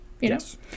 yes